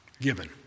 Given